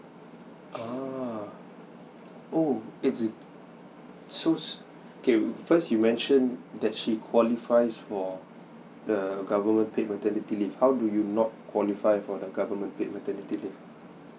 ah oh is it so okay first you mentioned that she qualifies for the government paid maternity leave how do you not qualify for the government paid maternity leave